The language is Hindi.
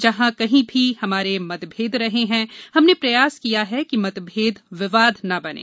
जहां कहीं भी हमारे मतभेद रहे हैं हमने प्रयास किया है कि मतभेद विवाद न बनें